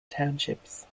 townships